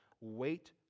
Wait